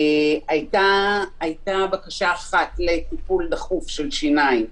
הייתה בקשה אחת לטיפול דחוף של שיניים,